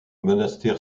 monastère